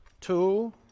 two